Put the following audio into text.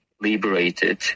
liberated